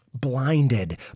blinded